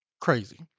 crazy